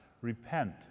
repent